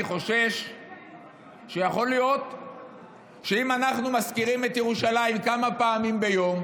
אני חושש שיכול להיות שאם אנחנו מזכירים את ירושלים כמה פעמים ביום,